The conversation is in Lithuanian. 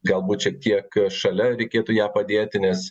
galbūt šiek tiek šalia reikėtų ją padėti nes